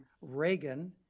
Reagan